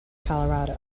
colorado